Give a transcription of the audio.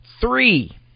Three